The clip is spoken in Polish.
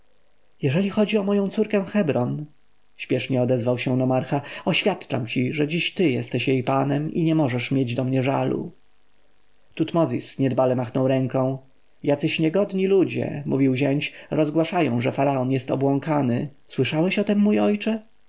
jeżeli chodzi o moją córkę hebron spiesznie odezwał się nomarcha oświadczam ci że dziś ty jesteś jej panem i nie możesz mieć do mnie żalu tutmozis niedbale machnął ręką jacyś niegodni ludzie mówił zięć rozgłaszają że faraon jest obłąkany słyszałeś o tem mój ojcze